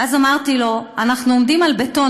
ואמרתי לו: אנחנו עומדים על בטון,